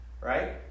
right